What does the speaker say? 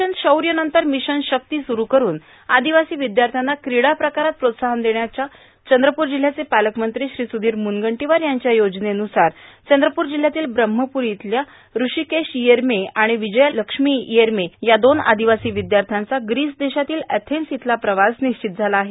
mission शौर्य नंतर mission शक्ती सुरू करून आदिवासी विद्यार्थ्यांना कीडा प्रकारात प्रोत्साहन देण्याच्या चंद्रपूर जिल्हयाचे पालकमंत्री श्री सुधीर मुनगंटीवार यांच्या योजनेन्रसार चंद्रपूर जिल्हयातील ब्रम्हपूरी इथल्या ऋषिकेश येरमे आणि विजयालक्ष्मी येरमे या दोन आदिवासी विद्यार्थ्यांचा ग्रीस देशातील एथेन्स इथला प्रवास निश्चित झाला आहे